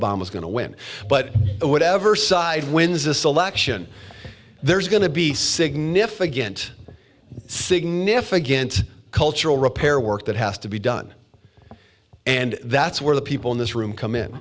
's going to win but whatever side wins this election there's going to be significant significant cultural repair work that has to be done and that's where the people in this room come in